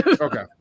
Okay